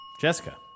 Jessica